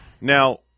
Now